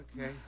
Okay